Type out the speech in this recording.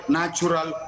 natural